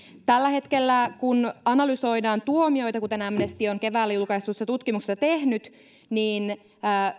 kun analysoidaan tuomioita kuten amnesty on keväällä julkaistussa tutkimuksessa tehnyt niin